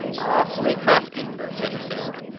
awfully crafty said a third.